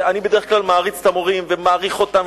אני בדרך כלל מעריץ את המורים ומעריך אותם,